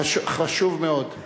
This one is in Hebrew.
חשוב מאוד.